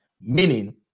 meaning